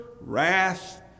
wrath